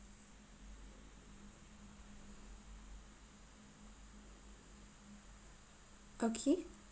okay